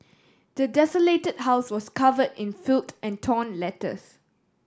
the desolated house was covered in filth and torn letters